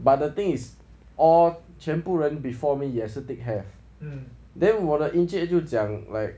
but the thing is all 全部人 before me 也是 tick have then 我的 encik 就讲 like